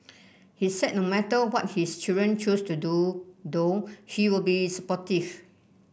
he said no matter what his children choose to do though he'll be supportive